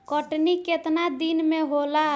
कटनी केतना दिन में होला?